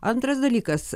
antras dalykas